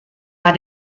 war